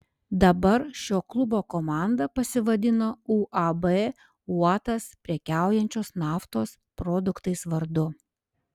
dabar šio klubo komanda pasivadino uab uotas prekiaujančios naftos produktais vardu